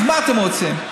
אז מה אתם רוצים?